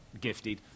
gifted